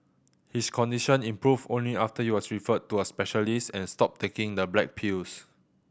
his condition improved only after he was referred to a specialist and stopped taking the black pills